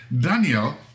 daniel